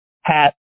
hat